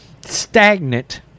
stagnant